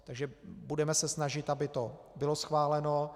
Takže budeme se snažit, aby to bylo schváleno.